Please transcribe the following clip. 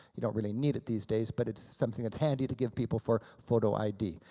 you don't really need it these days, but it's something that's handy to give people for photo id.